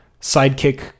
sidekick